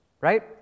right